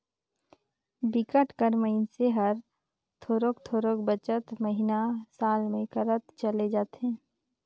बिकट कर मइनसे हर थोरोक थोरोक बचत महिना, साल में करत चले जाथे